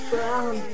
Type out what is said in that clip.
Brown